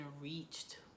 reached